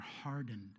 hardened